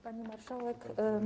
Pani Marszałek!